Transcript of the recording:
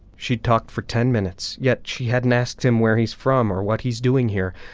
she'd talked for ten minutes, yet she hadn't asked him where he's from or what he's doing here,